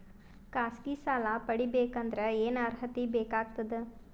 ಖಾಸಗಿ ಸಾಲ ಪಡಿಬೇಕಂದರ ಏನ್ ಅರ್ಹತಿ ಬೇಕಾಗತದ?